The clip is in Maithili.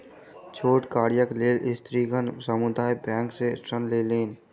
छोट कार्यक लेल स्त्रीगण समुदाय बैंक सॅ ऋण लेलैन